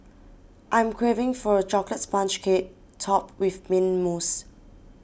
I am craving for a Chocolate Sponge Cake Topped with Mint Mousse